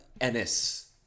Ennis